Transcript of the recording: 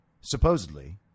supposedly